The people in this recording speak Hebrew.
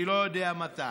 אני לא יודע מתי,